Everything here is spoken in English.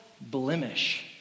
blemish